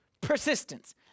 persistence